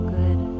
good